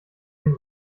dem